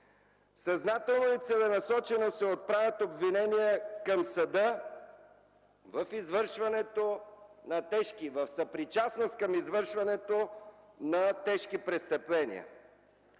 Съзнателно и целенасочено се отправят обвинения към съда в съпричастност към извършването на тежки престъпления.